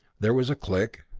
there was a click,